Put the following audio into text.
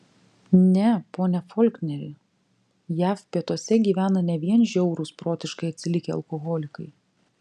ne pone folkneri jav pietuose gyvena ne vien žiaurūs protiškai atsilikę alkoholikai